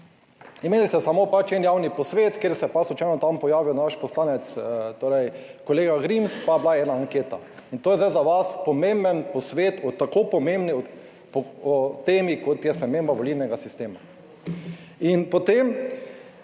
Imeli ste samo pač en javni posvet, kjer se je pa slučajno tam pojavil naš poslanec, torej kolega Grims, pa je bila ena anketa. In to je zdaj za vas pomemben posvet o tako pomembni temi kot je sprememba volilnega sistema. In potem